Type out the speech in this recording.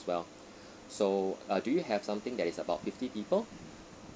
well so err do you have something that is about fifty people